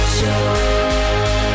joy